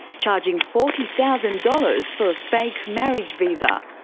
charging forty thousand dollars for a fake marriage visa.